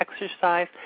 exercise